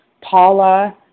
Paula